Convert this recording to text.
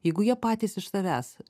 jeigu jie patys iš savęs